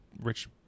rich